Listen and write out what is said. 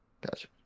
gotcha